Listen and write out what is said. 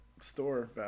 store